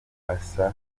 asa